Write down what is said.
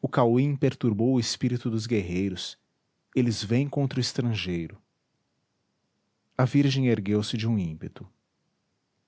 o cauim perturbou o espírito dos guerreiros eles vêm contra o estrangeiro a virgem ergueu-se de um ímpeto